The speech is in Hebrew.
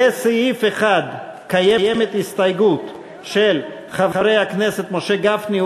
לסעיף 1 קיימת הסתייגות של חברי הכנסת משה גפני,